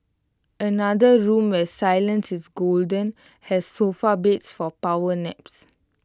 another room where silence is golden has sofa beds for power naps